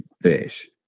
fish